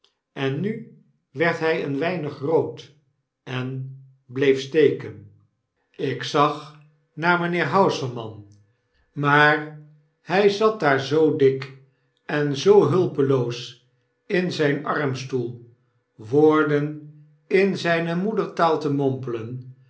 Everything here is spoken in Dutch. en nu werd hy een weinig rood en bleef steken ik zag naar mijnheer hausermann maar hy zat daar zoo dik en zoo hulpeloos in zyn armstoel woorden in zynemoedertaaltemompelen dat ik